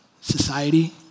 society